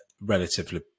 relatively